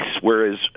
whereas